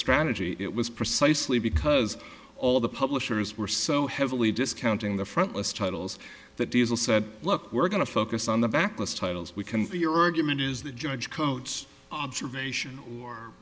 strategy it was precisely because all the publishers were so heavily discounting the front list titles that diesel said look we're going to focus on the backlist titles we can be your argument is the judge codes observation